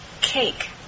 cake